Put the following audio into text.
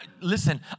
listen